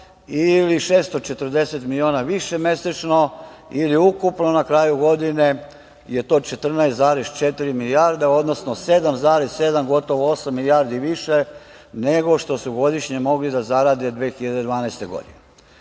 ili 640 miliona više mesečno, ili ukupno na kraju godine je to 14,4 milijarde, odnosno 7,7, gotovo 8 milijardi više nego što su godišnje mogli da zarade 2012. godine. Zato